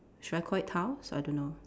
should I all it tiles I don't know